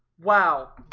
wow